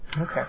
Okay